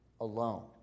alone